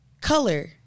color